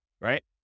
Right